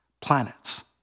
planets